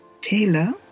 Taylor